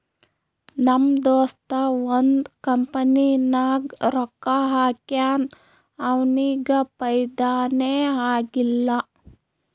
ನಮ್ ದೋಸ್ತ ಒಂದ್ ಕಂಪನಿನಾಗ್ ರೊಕ್ಕಾ ಹಾಕ್ಯಾನ್ ಅವ್ನಿಗ ಫೈದಾನೇ ಆಗಿಲ್ಲ